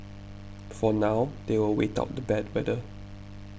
for now they will wait out the bad weather